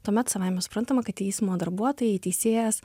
tuomet savaime suprantama kad teismo darbuotojai teisėjas